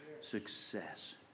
success